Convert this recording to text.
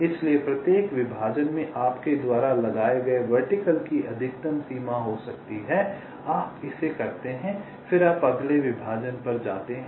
इसलिए प्रत्येक विभाजन में आपके द्वारा लगाए जाने वाले वर्टिकल की अधिकतम सीमा हो सकती है आप इसे करते हैं फिर आप अगले विभाजन पर जाते हैं